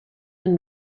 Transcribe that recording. and